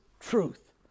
truth